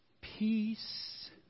Peace